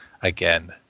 again